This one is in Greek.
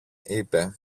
είπε